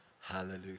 Hallelujah